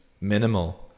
minimal